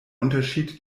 unterschied